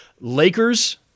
Lakers